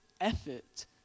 effort